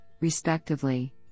respectively